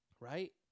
Right